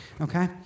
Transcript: okay